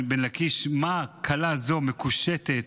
לקיש: מה כלה זו מקושטת"